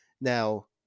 Now